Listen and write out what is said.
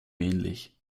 ähnlich